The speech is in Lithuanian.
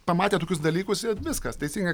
pamatę tokius dalykus jie viskas teisingai